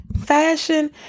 Fashion